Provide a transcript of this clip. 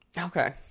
Okay